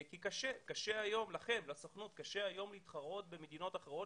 כי לסוכנות היום קשה להתחרות במדינות אחרות